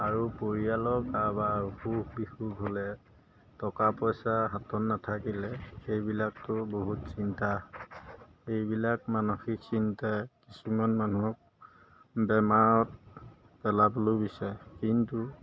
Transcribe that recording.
আৰু পৰিয়ালৰ কাৰোবাৰ অসুখ বিসুখ হ'লে টকা পইচা হাতত নাথাকিলে সেইবিলাকতো বহুত চিন্তা এইবিলাক মানসিক চিন্তাই কিছুমান মানুহক বেমাৰত পেলাবলৈও বিচাৰে কিন্তু